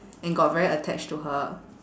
and got very attached to her